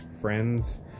friends